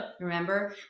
remember